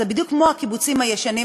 זה בדיוק כמו הקיבוצים הישנים,